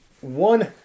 one